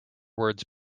words